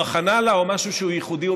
או הכנה לה או משהו שהוא ייחודי או